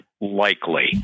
likely